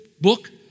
book